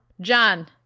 John